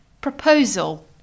proposal